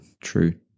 true